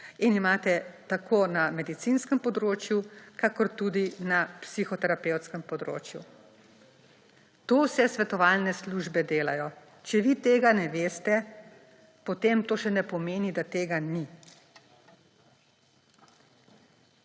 in imate tako na medicinskem področju kakor tudi na psihoterapevtskem področju. To vse svetovalne službe delajo. Če vi tega ne veste, potem to še ne pomeni, da tega ni.